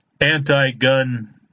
anti-gun